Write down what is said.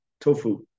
Tofu